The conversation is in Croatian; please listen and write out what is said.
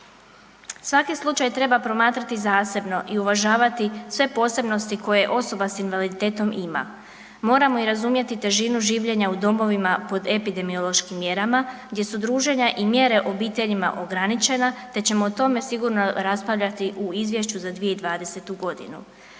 Svaki slučaj treba promatrati zasebno i uvažavati sve posebnosti koje osoba s invaliditetom ima. Moramo i razumjeti i težinu življenja u domovima pod epidemiološkim mjerama gdje su druženja i mjere obiteljima ograničena te ćemo o tome sigurno raspravljati u izvješću za 2020. godinu.